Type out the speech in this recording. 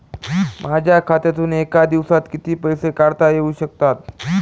माझ्या खात्यातून एका दिवसात किती पैसे काढता येऊ शकतात?